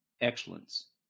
excellence